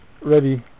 ready